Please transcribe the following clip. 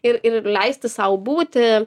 ir ir leisti sau būti